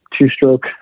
two-stroke